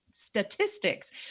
statistics